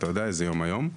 אתה יודע איזה יום היום,